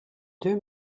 deux